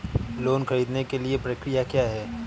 Loan ख़रीदने के लिए प्रक्रिया क्या है?